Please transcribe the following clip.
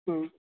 ᱦᱮᱸ